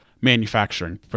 manufacturing